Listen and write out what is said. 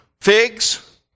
figs